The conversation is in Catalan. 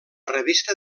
revista